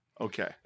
Okay